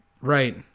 Right